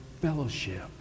fellowship